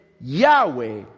Yahweh